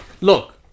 Look